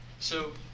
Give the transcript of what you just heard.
so,